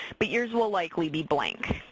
but yours will likely be blank.